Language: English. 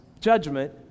judgment